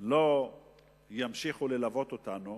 לא ימשיך ללוות אותנו.